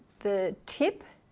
the tip